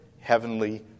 heavenly